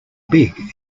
big